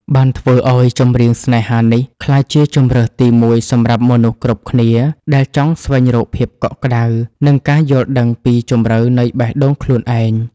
បានធ្វើឱ្យ ចម្រៀងស្នេហានេះ ក្លាយជាជម្រើសទីមួយសម្រាប់មនុស្សគ្រប់គ្នាដែលចង់ស្វែងរកភាពកក់ក្ដៅ និងការយល់ដឹងពីជម្រៅនៃបេះដូងខ្លួនឯង។